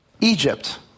Egypt